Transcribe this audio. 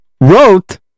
wrote